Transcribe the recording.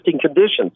conditions